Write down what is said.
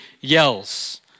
yells